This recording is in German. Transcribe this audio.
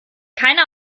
keiner